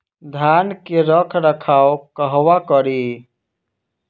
धान के रख रखाव कहवा करी?